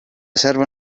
serva